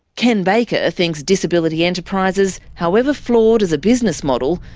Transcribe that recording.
ken baker thinks disability enterprises, however flawed as a business model,